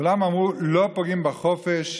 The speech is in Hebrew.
כולם אמרו: לא פוגעים בחופש,